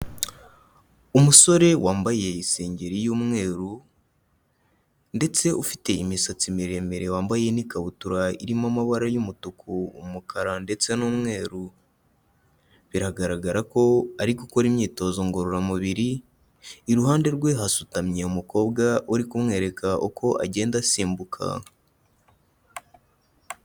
Umusore wambaye isengegiri y'umweru, ndetse ufite imisatsi miremire wambaye n'ikabutura irimo amabara y'umutuku, umukara ndetse n'umweru. Biragaragara ko ari gukora imyitozo ngororamubiri, iruhande rwe hasutamye umukobwa uri kumwereka uko agenda asimbuka.